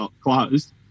closed